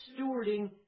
stewarding